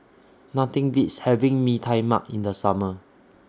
Nothing Beats having Mee Tai Mak in The Summer